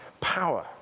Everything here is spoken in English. power